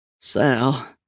Sal